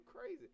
crazy